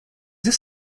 this